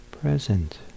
present